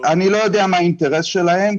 אני לא יודע מה האינטרס שלהם,